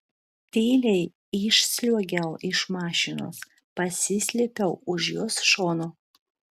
tyliai išsliuogiau iš mašinos pasislėpiau už jos šono